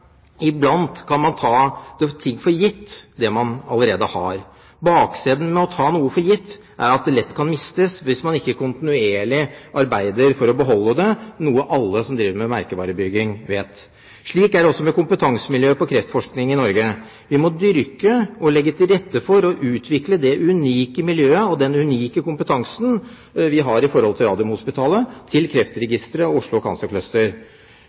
Iblant kan man ta ting man allerede har, for gitt. Baksiden ved å ta noe for gitt er at det lett kan mistes hvis man ikke kontinuerlig arbeider for å beholde det, noe alle som driver med merkevarebygging, vet. Slik er det også med kompetansemiljøet for kreftforskning i Norge. Vi må dyrke og legge til rette for å utvikle det unike miljøet og den unike kompetansen vi har ved Radiumhospitalet, Kreftregisteret og Oslo Cancer Cluster. Dette kan best gjøres ved å omdanne dette til